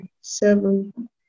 seven